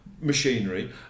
machinery